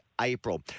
April